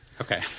Okay